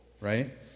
right